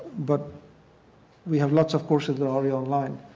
but we have lots of courses that are already online.